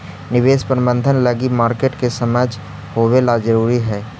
निवेश प्रबंधन लगी मार्केट के समझ होवेला जरूरी हइ